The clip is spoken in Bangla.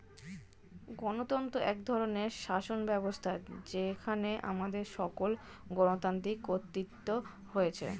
গণতন্ত্র এক ধরনের শাসনব্যবস্থা যেখানে আমাদের সকল গণতান্ত্রিক কর্তৃত্ব রয়েছে